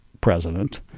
president